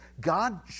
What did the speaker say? God